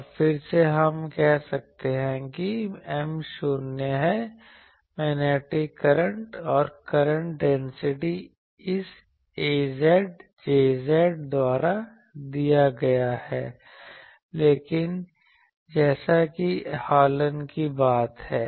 अब फिर से हम कह सकते हैं कि M शून्य है मैग्नेटिक करंट और करंट डेंसिटी इस az Jz द्वारा दिया गया है जैसा कि हॉलन की बात है